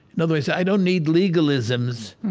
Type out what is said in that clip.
in other words, i don't need legalisms